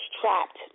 trapped